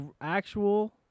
actual